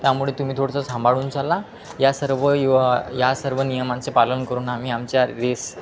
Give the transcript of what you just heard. त्यामुळे तुम्ही थोडंसं सांभाळून चाला या सर्व युव या सर्व नियमांचे पालन करून आम्ही आमच्या रेस